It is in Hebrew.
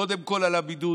קודם כול על הבידוד,